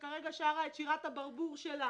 שכרגע שרה את שירת הברבור שלה